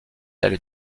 elle